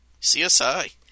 CSI